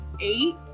eight